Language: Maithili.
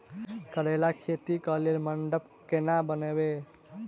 करेला खेती कऽ लेल मंडप केना बनैबे?